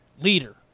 leader